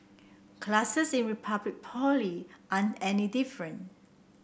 classes in Republic Poly aren't any different